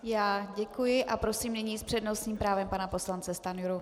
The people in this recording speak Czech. Já děkuji a prosím nyní s přednostním právem pana poslance Stanjuru.